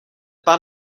pár